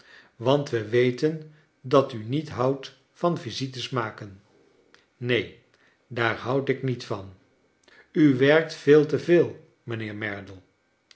want we we ten dat u niet houdt van visites maken neen daar houd ik niet van u werkt veel te veel mijnheer merdle